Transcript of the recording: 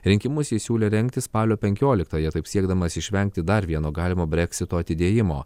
rinkimus ji siūlė rengti spalio penkioliktąją taip siekdamas išvengti dar vieno galimo breksito atidėjimo